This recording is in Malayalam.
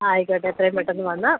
ആയിക്കോട്ടെ എത്രയും പെട്ടെന്ന് വന്നാൽ